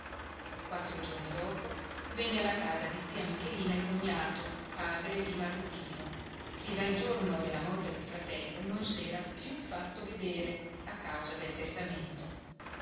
quattro giorni dopo venne alla casa di zia michelina il cognato padre di marruchino che dal giorno della morte del fratello non s'era più fatto vedere a causa del testamento